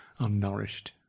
unnourished